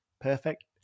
perfect